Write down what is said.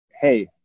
hey